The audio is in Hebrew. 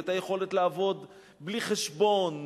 יכולת לעבוד בלי חשבון,